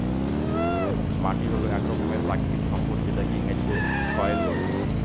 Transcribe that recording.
মাটি হল এক রকমের প্রাকৃতিক সম্পদ যেটাকে ইংরেজিতে সয়েল বলে